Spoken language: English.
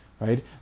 right